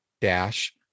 dash